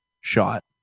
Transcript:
shot